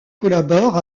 collabore